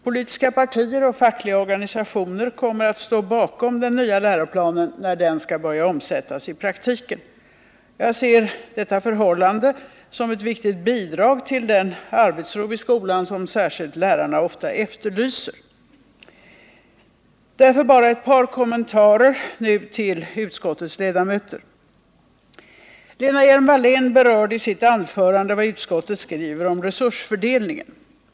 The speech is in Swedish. Politiska partier och fackliga organisationer kommer att stå bakom den nya läroplanen när den skall börja omsättas i praktiken. Jag ser detta som ett viktigt bidrag till den arbetsro i skolan som särskilt lärarna ofta efterlyser. Med hänsyn till denna enighet kan jag nöja mig med bara ett par kommentarer till utskottets ledamöter. Lena Hjelm-Wallén berörde i sitt anförande vad utskottet skriver om resursfördelningen.